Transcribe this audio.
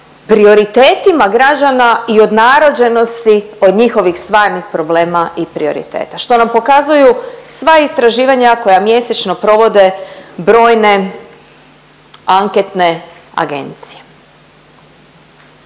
prioritetima građana i odnarođenosti od njihovih stvarnih problema i prioriteta što nam pokazuju sva istraživanja koja mjesečno provode brojne anketne agencije.